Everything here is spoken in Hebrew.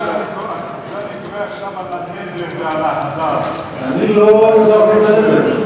אני קורא פה בדיוק על הנדר ועל ההדר.